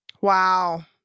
Wow